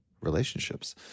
relationships